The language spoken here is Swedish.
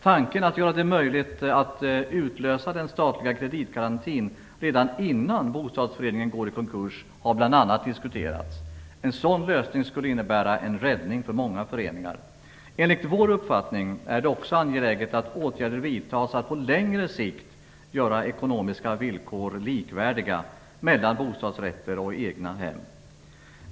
Tanken att göra det möjligt att utlösa den statliga kreditgarantin redan innan bostadsföreningen går i konkurs har bl.a. diskuterats. En sådan lösning skulle innebära en räddning för många föreningar. Enligt vår uppfattning är det också angeläget att åtgärder vidtas för att på längre sikt göra de ekonomiska villkoren likvärdiga mellan bostadsrätter och egnahem.